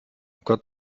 gott